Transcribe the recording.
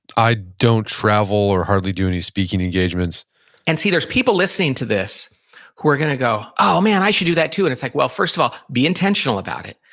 i don't travel or hardly do any speaking engagements and see, there's people listening to this who are to go, oh, man, i should do that too. and it's like, well, first of all, be intentional about it.